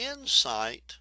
insight